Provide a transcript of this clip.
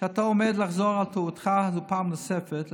שאתה עומד לחזור על טעותך זו פעם נוספת,